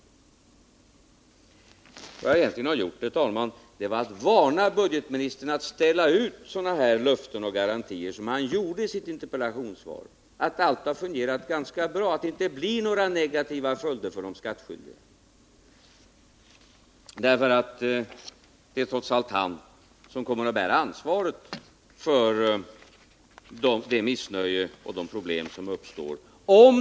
Vad jag egentligen gjorde, herr talman, var att varna budgetministern för att ställa ut sådana garantier och löften som han har gjort i sitt interpellationssvar — att allt har fungerat ganska bra, att det inte blir några negativa följder för de skattskyldiga. För det är trots allt han som kommer att få bära ansvaret för det minssnöje och de problem som uppstår.